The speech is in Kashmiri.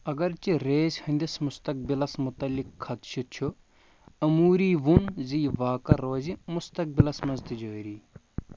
اگرچہِ ریس ہٕنٛدِس مستقبِلس متعلق خدشہِ چھِ اموٗری ووٚن زِ یہِ واقعہٕ روزِ مستقبِلس منٛز تہِ جٲری